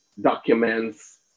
documents